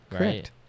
right